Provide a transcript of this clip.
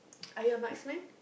ah ya marksman